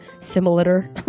similar